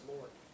Lord